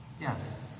yes